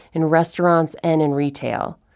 in restaurants and in retail.